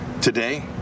Today